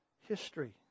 history